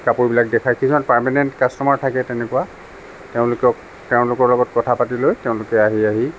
কাপোৰবিলাক দেখাই কিছুমান পাৰ্মানেণ্ট কাষ্ট'মাৰ থাকে তেনেকুৱা তেওঁলোকক তেওঁলোকৰ লগত কথা পাতি লৈ তেওঁলোকে আহি আহি